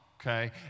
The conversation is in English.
okay